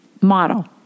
model